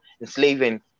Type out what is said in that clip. enslaving